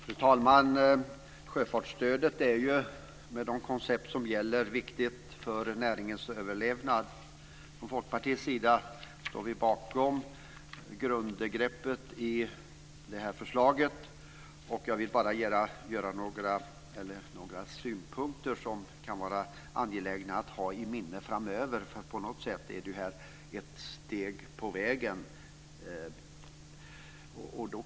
Fru talman! De gällande koncepten för sjöfartsstödet är viktiga för näringens överlevnad. Vi står från Folkpartiets sida bakom grundbegreppen i utskottets förslag, och jag vill bara framföra några synpunkter som det kan vara angeläget att framöver ha i minnet när vi nu tar ett steg på vägen.